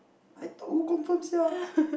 I thought who confirm sia